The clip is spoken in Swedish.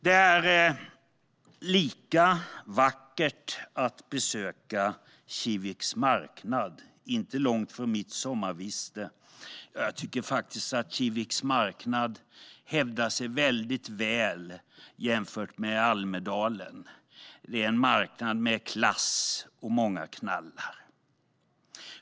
Det är lika vackert att besöka Kiviks marknad, inte långt från mitt sommarviste. Jag tycker faktiskt att Kiviks marknad hävdar sig mycket väl jämfört med Almedalen. Det är en marknad med klass och många knallar.